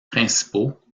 principaux